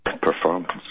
Performance